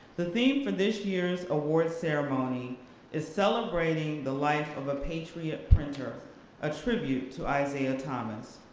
the theme for this year's award ceremony is celebrating the life of a patriot printer a tribute to isaiah thomas.